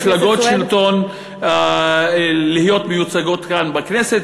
ומפלגות שלטון להיות מיוצגות כאן בכנסת,